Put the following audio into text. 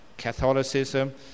Catholicism